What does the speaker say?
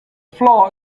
floor